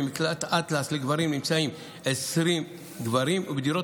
במקלט אטלס לגברים נמצאים 20 גברים ובדירות